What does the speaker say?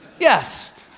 Yes